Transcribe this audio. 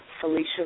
Felicia